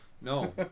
no